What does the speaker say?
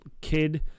kid